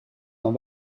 van